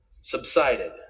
subsided